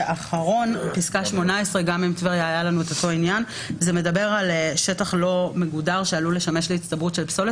פסקה (18) מדברת על שטח לא מגודר שעלול לשמש להצטברות של פסולת.